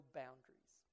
boundaries